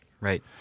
Right